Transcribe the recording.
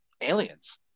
aliens